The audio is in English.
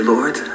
Lord